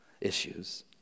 issues